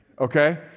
Okay